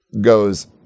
goes